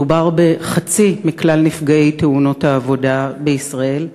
מדובר בחצי מכלל תאונות העבודה בישראל.